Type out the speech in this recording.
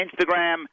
Instagram